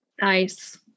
nice